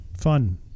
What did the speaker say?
fun